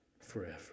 forever